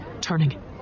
turning